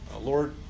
Lord